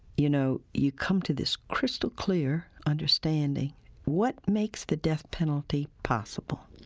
you know, you come to this crystal-clear understanding what makes the death penalty possible.